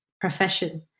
profession